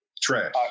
Trash